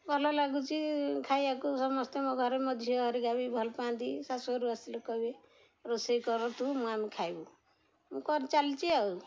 ଭଲ ଲାଗୁଛି ଖାଇବାକୁ ସମସ୍ତେ ମୋ ଘରେ ମୋ ଝିଅ ହେରିକା ବି ଭଲ ପାଆନ୍ତି ଶାଶୁଘରୁ ଆସିଲେ କହିବେ ରୋଷେଇ କର ତୁ ମୁଁ ଆମେ ଖାଇବୁ ମୁଁ କରି ଚାଲିଛି ଆଉ